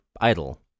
idle